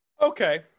okay